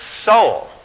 soul